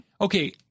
Okay